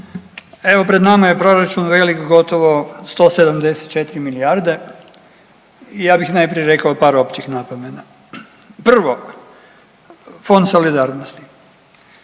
evo pred nama je proračun velik gotovo 174 milijarde i ja bih najprije rekao par općih napomena. Prvo, Fond solidarnosti,